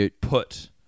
put